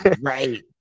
Right